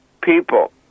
people